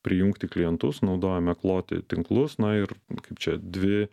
prijungti klientus naudojame kloti tinklus na ir kaip čia dvi